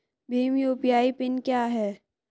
Bhim UPI PIN क्या है?